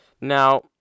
Now